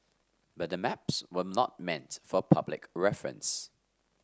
but the maps were not meant for public reference